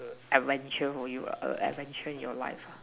adventure for you ah adventure in your life ah